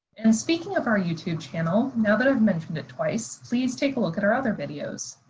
and speaking of our youtube channel, now that i've mentioned it twice, please take a look at our other videos.